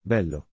Bello